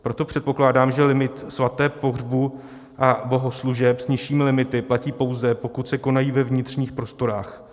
Proto předpokládám, že limit svateb, pohřbů a bohoslužeb s nižšími limity, platí pouze pokud se konají ve vnitřních prostorách.